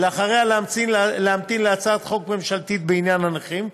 ואחריה להמתין להצעת חוק ממשלתית בעניין הנכים.